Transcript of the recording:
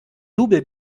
double